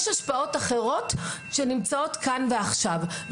יש השפעות אחרות שנמצאות כאן ועכשיו.